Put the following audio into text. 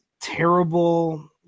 terrible